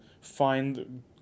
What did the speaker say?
find